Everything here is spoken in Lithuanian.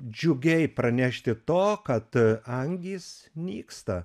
džiugiai pranešti to kad angys nyksta